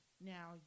Now